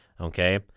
Okay